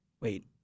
wait